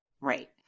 Right